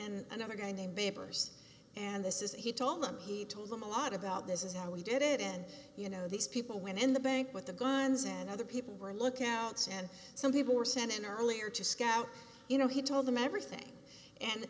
and another guy named weber's and this is a he told them he told them a lot about this is how he did it and you know these people went in the bank with the guns and other people were lookouts and some people were sent in earlier to scout you know he told them everything and